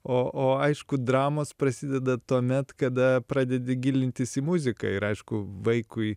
o o aišku dramos prasideda tuomet kada pradedi gilintis į muziką ir aišku vaikui